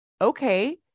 okay